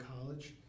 college